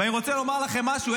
ואני רוצה לומר לכם משהו,